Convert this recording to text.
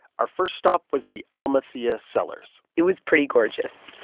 our first stop was the um amalthea cellars it was pretty gorgeous